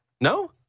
no